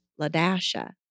Ladasha